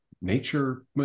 nature